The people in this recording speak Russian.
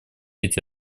эти